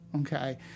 Okay